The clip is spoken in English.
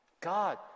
god